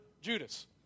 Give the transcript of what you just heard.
Judas